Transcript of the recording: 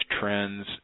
trends